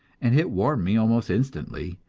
and it warmed me almost instantly,